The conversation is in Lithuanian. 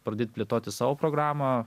pradėt plėtoti savo programą